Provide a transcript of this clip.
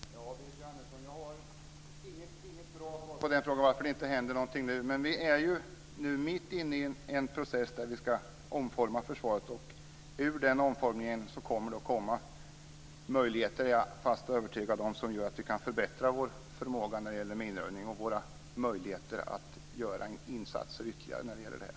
Fru talman! Jag har, Berit Jóhannesson, inget bra svar på frågan om varför det inte händer något. Men vi är nu mitt inne i en process där vi ska omforma Försvaret. Ur den omformningen kommer det möjligheter - det är jag fast övertygad om - som gör att vi kan förbättra vår förmåga när det gäller minröjning och våra möjligheter att göra ytterligare insatser.